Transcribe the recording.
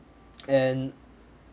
and